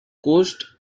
coast